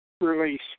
release